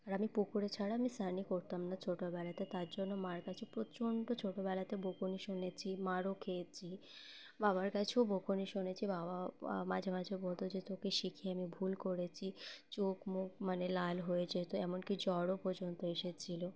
আর আমি পুকুরে ছাড়া আমি স্নানই করতাম না ছোটোবেলাতে তার জন্য মার কাছে প্রচণ্ড ছোটোবেলাতে বকুনি শুনেছি মারও খেয়েছি বাবার কাছেও বকুনি শুনেছি বাবা মাঝে মাঝে বলতো যে তোকে শিখিয়ে আমি ভুল করেছি চোখ মুখ মানে লাল হয়ে যেতো এমনকি জ্বরও পর্যন্ত এসেছিলো